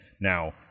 Now